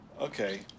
Okay